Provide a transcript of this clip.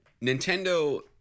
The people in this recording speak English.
Nintendo